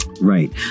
Right